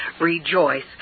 rejoice